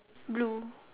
blue